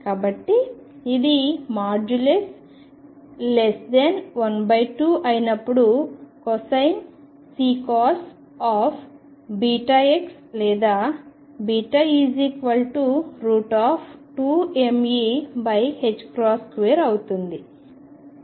కాబట్టి ఇది |x|L2 అయినప్పుడు కొసైన్ C βx లేదా β2mE2 అవుతుంది